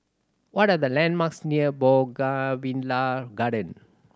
what are the landmarks near Bougainvillea Garden